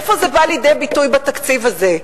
איפה זה בא לידי ביטוי בתקציב הזה?